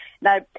Now